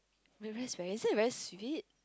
wait that's very is that very sweet